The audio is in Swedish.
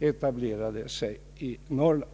etablerade sig i Norrland.